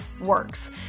works